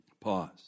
Pause